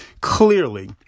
clearly